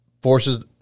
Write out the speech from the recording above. forces